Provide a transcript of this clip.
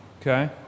Okay